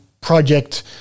project